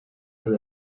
for